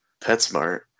PetSmart